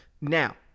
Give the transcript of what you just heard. now